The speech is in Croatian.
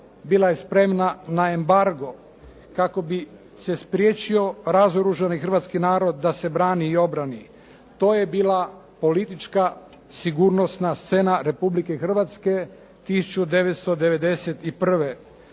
bila je spremna na embargo kako bi se spriječio razoružani hrvatski narod da se brani i obrani. To je bila politička, sigurnosna scena Republike Hrvatske 1991.